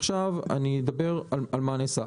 עכשיו אדבר על מה שנעשה.